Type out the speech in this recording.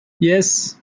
yes